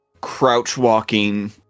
crouch-walking